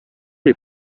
les